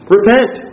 Repent